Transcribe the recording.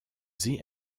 sie